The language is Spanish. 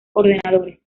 ordenadores